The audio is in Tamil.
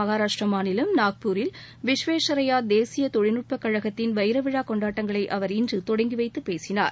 மகாராஷ்ட்டிர மாநிலம் நாக்பூரில் விஸ்வேஸ்வரய்யா தேசிய தொழில்நுட்பக் கழகத்தின் வைர விழா கொண்டாட்டங்களை அவர் இன்று தொடங்கி வைத்துப் பேசினார்